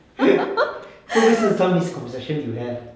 会不会是 some misconception you have